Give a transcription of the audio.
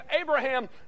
Abraham